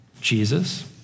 Jesus